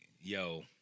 yo